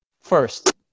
First